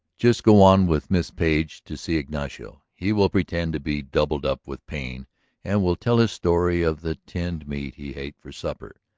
just go on with miss page to see ignacio. he will pretend to be doubled up with pain and will tell his story of the tinned meat he ate for supper.